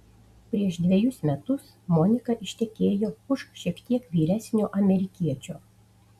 prieš dvejus metus monika ištekėjo už šiek tiek vyresnio amerikiečio